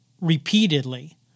repeatedly